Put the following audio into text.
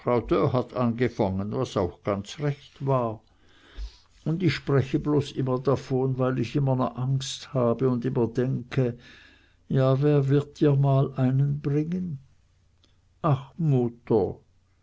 hat angefangen was auch ganz recht war un ich spreche bloß immer davon weil ich immer ne angst habe un immer denke ja wer wird dir mal einen bringen ach mutter